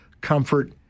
comfort